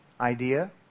idea